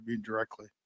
directly